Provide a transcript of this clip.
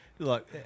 Look